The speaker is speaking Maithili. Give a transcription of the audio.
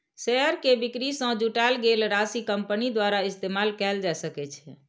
शेयर के बिक्री सं जुटायल गेल राशि कंपनी द्वारा इस्तेमाल कैल जा सकै छै